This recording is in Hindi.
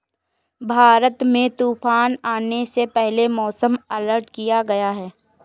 भारत में तूफान आने से पहले मौसम अलर्ट किया गया है